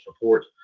report